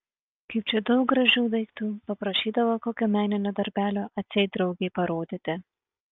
kaip čia daug gražių daiktų paprašydavo kokio meninio darbelio atseit draugei parodyti